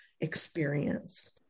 experience